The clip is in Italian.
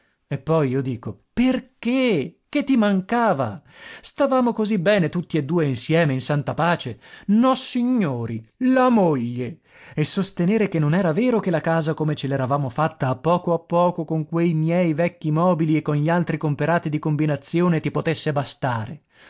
e poi io dico perché che ti mancava stavamo così bene tutti e due insieme in santa pace nossignori la moglie e sostenere che non era vero che la casa come ce l'eravamo fatta a poco a poco con quei miei vecchi mobili e con gli altri comperati di combinazione ti potesse bastare